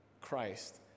Christ